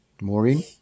Maureen